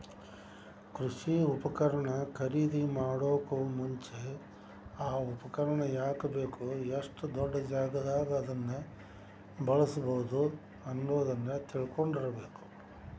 ಕೃಷಿ ಉಪಕರಣ ಖರೇದಿಮಾಡೋಕು ಮುಂಚೆ, ಆ ಉಪಕರಣ ಯಾಕ ಬೇಕು, ಎಷ್ಟು ದೊಡ್ಡಜಾಗಾದಾಗ ಅದನ್ನ ಬಳ್ಸಬೋದು ಅನ್ನೋದನ್ನ ತಿಳ್ಕೊಂಡಿರಬೇಕು